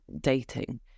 dating